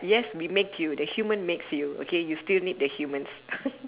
yes we make you the human makes you okay you still need the humans